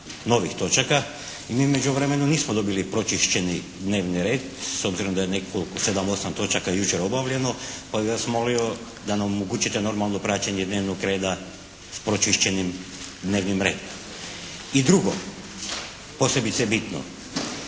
novih točaka i mi u međuvremenu nismo dobili pročišćeni dnevni red s obzirom da je nekoliko, 7-8 točaka jučer obavljeno, pa bih vas molio da nam omogućite normalno praćenje dnevnog reda s pročišćenim dnevnim redom. I drugo posebice bitno.